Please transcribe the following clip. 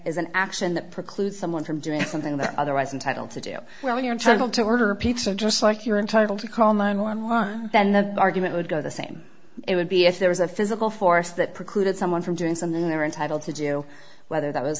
is an action that precludes someone from doing something that otherwise entitled to do when you're in trouble to order a pizza just like you're entitled to call nine one one then the argument would go the same it would be if there was a physical force that precluded someone from doing something they were entitled to due whether that was